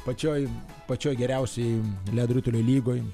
pačioj pačioj geriausioj ledo ritulio lygoj